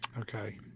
Okay